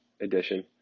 edition